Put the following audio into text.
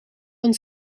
van